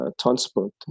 transport